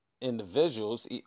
individuals